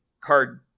card